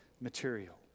material